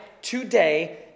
Today